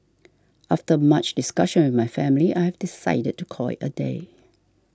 after much discussion with my family I've decided to call it a day